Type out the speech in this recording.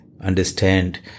understand